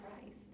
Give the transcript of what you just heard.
christ